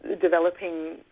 developing